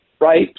right